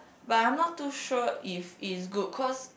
but I'm not too sure if it's good cause